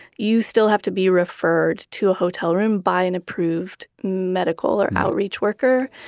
you still have to be referred to a hotel room by an approved medical or outreach worker.